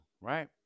right